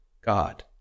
God